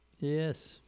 Yes